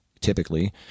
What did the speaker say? typically